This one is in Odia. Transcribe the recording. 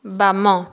ବାମ